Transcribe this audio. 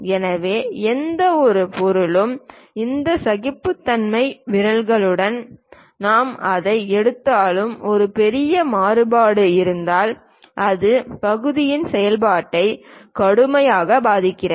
எனவே எந்தவொரு பொருளும் இந்த சகிப்புத்தன்மை விஷயங்களுடன் நாம் எதை எடுத்தாலும் ஒரு பெரிய மாறுபாடு இருந்தால் அது பகுதியின் செயல்பாட்டை கடுமையாக பாதிக்கிறது